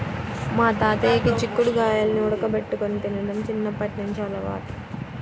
మా తాతయ్యకి చిక్కుడు గాయాల్ని ఉడకబెట్టుకొని తినడం చిన్నప్పట్నుంచి అలవాటు